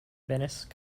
venice